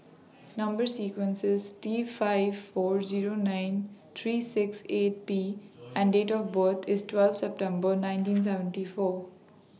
Number sequence IS T five four Zero nine three six eight P and Date of birth IS twelve September nineteen seventy four